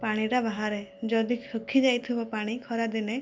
ପାଣିଟା ବାହାରେ ଯଦି ଶୁଖିଯାଇଥିବ ପାଣି ଖରାଦିନେ